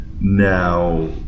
Now